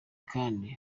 kandi